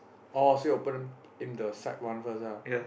oh so your opponent in the site one first ah